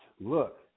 look